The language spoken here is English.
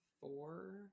Four